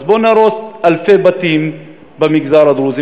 אז בוא נהרוס אלפי בתים במגזר הדרוזי